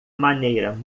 maneira